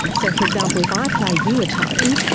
so for example if i play you a tone,